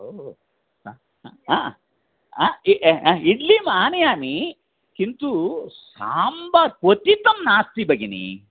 हो इड्लीम् आनयामि किन्तु साम्बार् क्वथितं नास्ति भगिनि